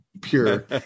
pure